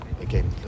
again